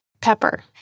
Pepper